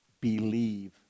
believe